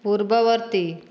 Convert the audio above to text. ପୂର୍ବବର୍ତ୍ତୀ